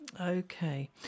Okay